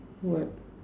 what